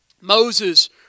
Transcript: Moses